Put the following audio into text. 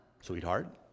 Sweetheart